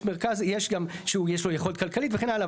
יש מרכז, יש גם שהוא יש לו יכולת כלכלית וכן הלאה.